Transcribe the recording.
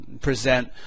Present